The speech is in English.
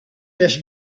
just